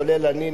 כולל אני,